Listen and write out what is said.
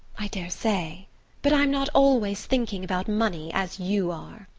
i daresay but i'm not always thinking about money, as you are.